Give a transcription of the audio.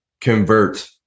convert